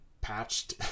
patched